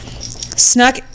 snuck